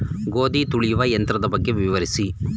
ಗೋಧಿ ತುಳಿಯುವ ಯಂತ್ರದ ಬಗ್ಗೆ ವಿವರಿಸಿ?